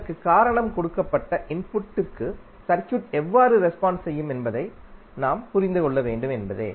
இதற்குக் காரணம் கொடுக்கப்பட்ட இன்புட்டிற்கு சர்க்யூட் எவ்வாறு ரெஸ்பான்ஸ் செய்யும் என்பதை நாம் புரிந்து கொள்ள வேண்டும் என்பதே